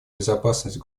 безопасность